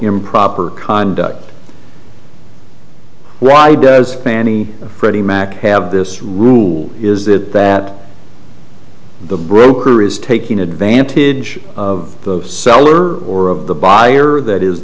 improper conduct why does fannie freddie mac have this rule is that that the broker is taking advantage of the seller or of the buyer that is